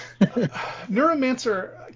Neuromancer –